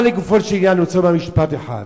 אבל לגופו של עניין אני רוצה לומר משפט אחד: